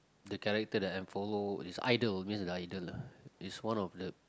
the character that I follow is idol means idol lah is one of the